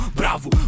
bravo